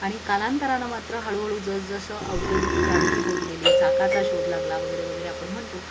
आणि कालांतराना मात्र हळूहळू जसजसं औ्योगिक क्रांती होत गेली चाकाचा शोध लागला वगैरे वगैरे आपण म्हणतो